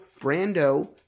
Brando